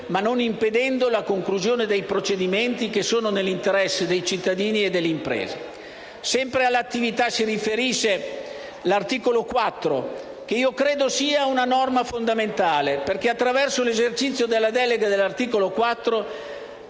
ma non impedendo la conclusione dei procedimenti che sono nell'interesse dei cittadini e delle imprese. Sempre alle attività si riferisce l'articolo 4, che io credo sia una norma fondamentale perché, attraverso l'esercizio della delega ivi